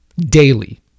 daily